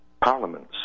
parliaments